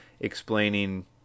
explaining